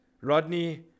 rodney